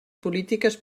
polítiques